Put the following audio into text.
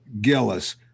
Gillis